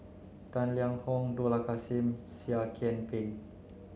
Tang Liang Hong Dollah Kassim Seah Kian Peng